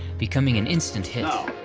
becoming an instant hit.